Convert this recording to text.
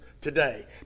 today